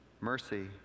mercy